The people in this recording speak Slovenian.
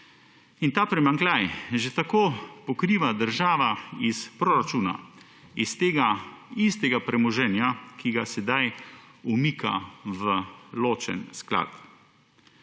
In ta primanjkljaj že tako pokriva država iz proračuna, iz tega istega premoženja, ki ga sedaj umika v ločen sklad.